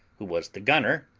who was the gunner,